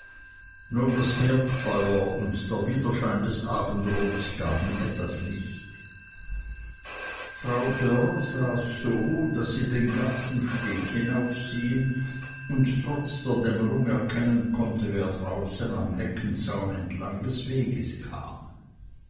nur das herdfeuer und der widerschein des abendrots gaben etwas licht frau dörr saß so daß sie den gartensteg hinaufsehen und trotz der dämmerung erkennen konnte wer draußen am heckenzaun entlang des weges kam